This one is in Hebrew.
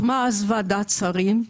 הוקמה אז ועדת שרים,